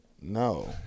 no